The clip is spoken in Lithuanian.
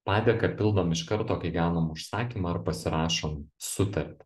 padėką pildom iš karto kai gaunam užsakymą ar pasirašom sutartį